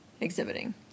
exhibiting